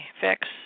fix